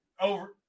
over